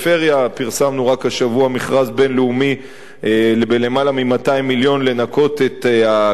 פרסמנו רק השבוע מכרז בין-לאומי של למעלה מ-200 מיליון לנקות את הקישון,